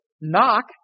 knock